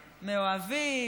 מאוהבים,